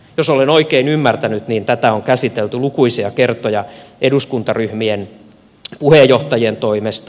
jos olen oikein ymmärtänyt tätä on käsitelty lukuisia kertoja eduskuntaryhmien puheenjohtajien toimesta